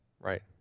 Right